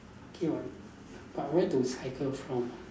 okay [what] but where to cycle from